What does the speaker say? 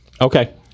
Okay